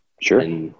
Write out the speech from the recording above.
Sure